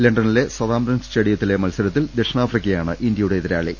ലണ്ടനിലെ സതാംപ്ടൺ സ്റ്റേഡിയത്തിലെ മത്സരത്തിൽ ദക്ഷിണാഫ്രിക്കയാണ് ഇന്ത്യയുടെ എതിരാ ളി